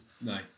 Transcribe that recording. No